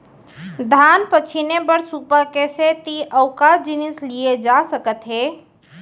धान पछिने बर सुपा के सेती अऊ का जिनिस लिए जाथे सकत हे?